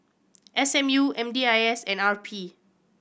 S M U M D I S and R P